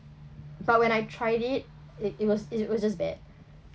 but when I tried it it it was it was just bad